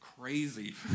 crazy